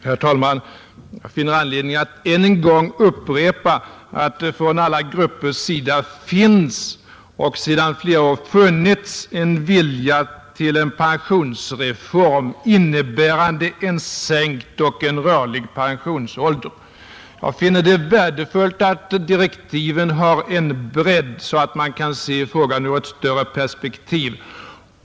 Herr talman! Jag finner anledning att än en gång upprepa att det hos alla grupper finns och sedan flera år har funnits en vilja till en pensionsreform, innebärande en sänkt och rörlig pensionsålder. Jag finner det värdefullt att direktiven har en bredd, så att man kan se frågan i ett större perspektiv.